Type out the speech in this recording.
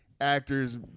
actors